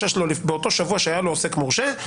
באותו שבוע שהיה לו עוסק מורשה,